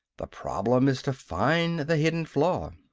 the problem is to find the hidden flaw.